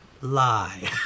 lie